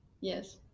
Yes